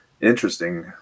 interesting